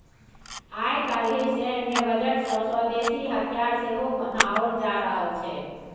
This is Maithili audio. आय काल्हि सैन्य बजट सँ स्वदेशी हथियार सेहो बनाओल जा रहल छै